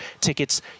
tickets